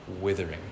withering